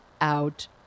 out